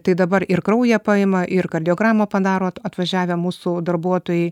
tai dabar ir kraują paima ir kardiogramą padaro at atvažiavę mūsų darbuotojai